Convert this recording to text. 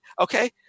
okay